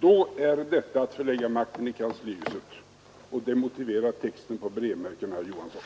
innebär det att makten förläggs i kanslihuset. Detta motiverar texten på brevmärkena, herr Johansson.